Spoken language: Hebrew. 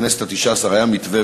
בכנסת התשע-עשרה היה מתווה,